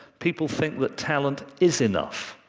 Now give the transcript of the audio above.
people think that talent is enough.